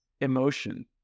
emotion